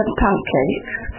pancakes